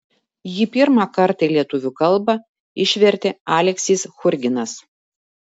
jį pirmą kartą į lietuvių kalbą išvertė aleksys churginas